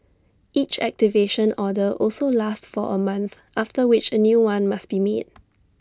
each activation order also lasts for A month after which A new one must be made